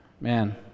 Man